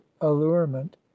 allurement